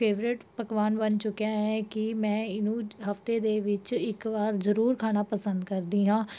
favourite ਪਕਵਾਨ ਬਣ ਚੁੱਕਿਆ ਹੈ ਕਿ ਮੈਂ ਇਹਨੂੰ ਹਫਤੇ ਦੇ ਵਿੱਚ ਇੱਕ ਵਾਰ ਜ਼ਰੂਰ ਖਾਣਾ ਪਸੰਦ ਕਰਦੀ ਹਾਂ